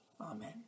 Amen